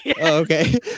Okay